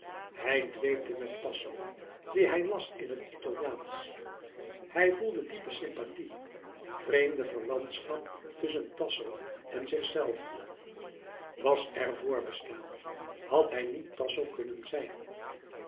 hij dweepte met tasso dien hij las in het italiaansch hij voelde diepe sympathie vreemde verwantschap tusschen tasso en zichzelven was er voorbestaan had hij niet tasso kunnen zijn